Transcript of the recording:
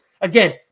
Again